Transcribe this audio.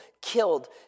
killed